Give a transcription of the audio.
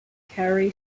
carry